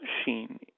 machine